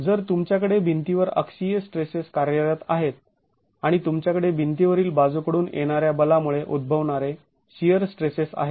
तर तुमच्याकडे भिंतीवर अक्षीय स्ट्रेसेस कार्यरत आहेत आणि तुमच्याकडे भिंतीवरील बाजूकडून येणाऱ्या बलामुळे उद्भवणारे शिअर स्ट्रेसेस आहेत